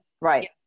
Right